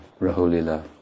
Rahulila